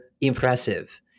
impressive